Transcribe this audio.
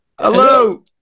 Hello